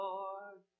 Lord